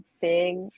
big